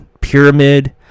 pyramid